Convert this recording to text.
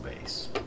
base